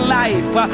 life